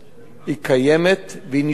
היא קיימת, והיא נשמרת.